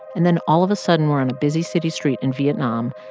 and then, all of a sudden, we're in a busy city street in vietnam,